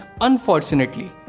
unfortunately